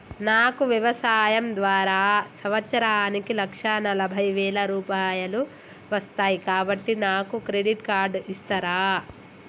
నాకు వ్యవసాయం ద్వారా సంవత్సరానికి లక్ష నలభై వేల రూపాయలు వస్తయ్, కాబట్టి నాకు క్రెడిట్ కార్డ్ ఇస్తరా?